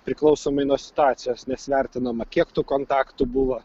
priklausomai nuo situacijos nes vertinama kiek tų kontaktų buvo